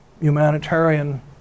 humanitarian